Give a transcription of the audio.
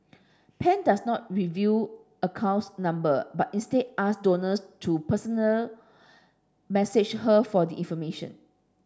pan does not reveal account number but instead ask donors to personal message her for the information